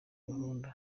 gahunda